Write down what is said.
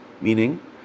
meaning